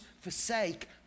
forsake